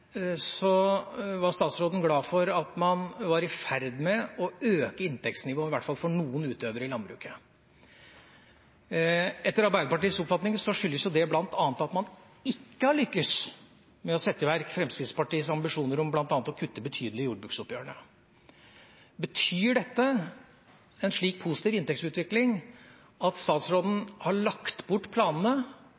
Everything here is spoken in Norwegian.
var statsråden glad for at man var i ferd med å øke inntektsnivået, i hvert fall for noen utøvere i landbruket. Etter Arbeiderpartiets oppfatning skyldes det bl.a. at man ikke har lyktes med å sette i verk Fremskrittspartiets ambisjoner om bl.a. å kutte betydelig i jordbruksoppgjørene. Betyr en slik positiv inntektsutvikling at statsråden har lagt bort planene